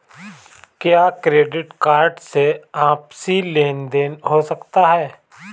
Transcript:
क्या credit card से आपसी लेनदेन हो सकता है?